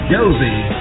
Josie